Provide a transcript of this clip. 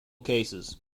cases